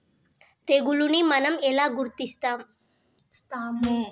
తెగులుని మనం ఎలా గుర్తిస్తాము?